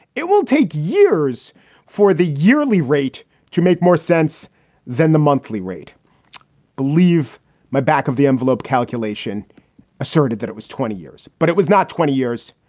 it will take years for the yearly rate to make more sense than the monthly rate. i believe my back of the envelope calculation asserted that it was twenty years, but it was not twenty years.